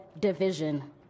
division